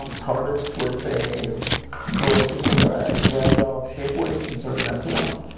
um tardis with a drawer system that i grabbed off shapeways and started messing with.